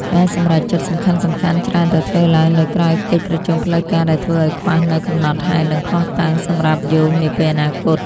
ការសម្រេចចិត្តសំខាន់ៗច្រើនតែធ្វើឡើងនៅក្រៅកិច្ចប្រជុំផ្លូវការ ដែលធ្វើឱ្យខ្វះនូវកំណត់ហេតុ និងភស្តុតាងសម្រាប់យោងនាពេលអនាគត។